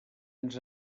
ens